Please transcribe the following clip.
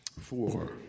four